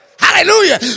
Hallelujah